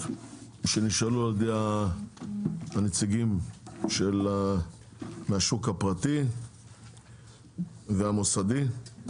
שנשאלו על ידי הנציגים מהשוק הפרטי והמוסדי.